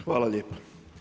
Hvala lijepa.